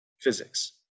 physics